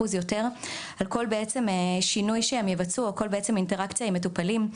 יותר על כל שינוי שיבצעו או על כל אינטראקציה עם מטופלים,